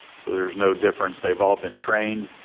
so there's no difference, they've all been trained.